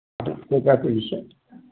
ক'ৰপৰা কৰিছে